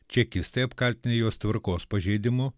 čekistai apkaltinę juos tvarkos pažeidimu